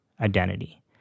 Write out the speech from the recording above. identity